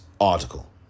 article